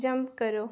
jump करो